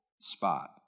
spot